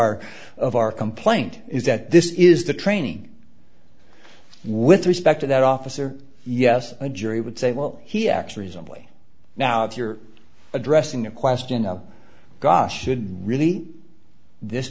our of our complaint is that this is the training with respect to that officer yes a jury would say well he actually is only now if you're addressing the question of gosh should really this